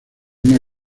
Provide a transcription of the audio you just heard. una